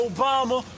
Obama